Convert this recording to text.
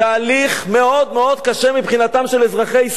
מאוד מאוד קשה מבחינתם של אזרחי ישראל.